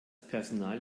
personal